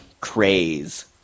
craze